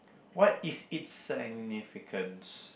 what is it's significance